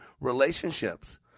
relationships